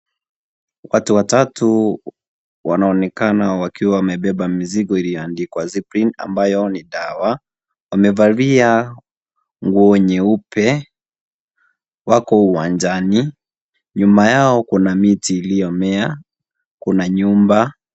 Watu watatu wanaonekana wakiwa wamebeba mizigo iliyoandikwa ziprine , ambayo ni dawa . Wamevalia nguo nyeupe , wako uwanjani. Nyuma yao kuna miti iliyomea, kuna nyumba.